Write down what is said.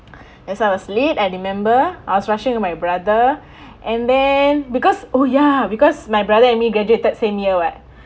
as I was late I remember I was rushing with my brother and then because oh ya because my brother and me graduated same year [what]